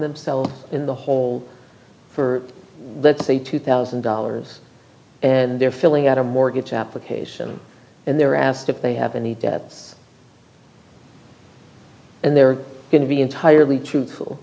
themselves in the hole for let's say two thousand dollars and they're filling out a mortgage application and they're asked if they have any debts and they're going to be entirely truthful